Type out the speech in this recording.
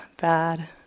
bad